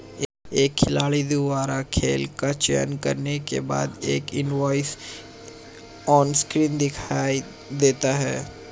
एक खिलाड़ी द्वारा खेल का चयन करने के बाद, एक इनवॉइस ऑनस्क्रीन दिखाई देता है